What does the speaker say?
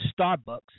Starbucks